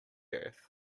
earth